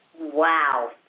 Wow